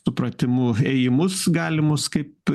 supratimu ėjimus galimus kaip